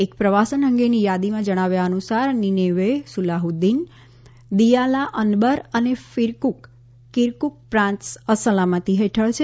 એક પ્રવાસન અંગેની યાદીમાં જણાવ્યા અનુસાર નીનેવેહ સલાહુદ્દીન દીયાલા અનબર અને કીરકુક પ્રાંત અસલામતિ હેઠળ છે